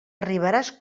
arribaràs